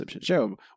Show